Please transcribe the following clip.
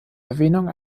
erwähnung